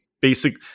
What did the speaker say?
basic